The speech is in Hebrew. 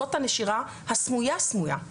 זאת הנשירה סמויה סמויה,